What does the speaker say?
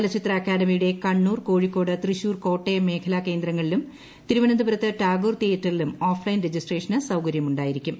ചലച്ചിത്ര അക്കാദമിയുടെ കണ്ണൂർ കോഴിക്കോട് തൃശൂർ കോട്ടയം മേഖലാകേന്ദ്രങ്ങളിലും തിരുവനന്തപുരത്ത് ടാഗോർ തിയേറ്ററിലും ഒര്ക്ഫ് ലൈൻ രജിസ്ട്രേഷന് സൌകര്യമുണ്ടായിരിക്കും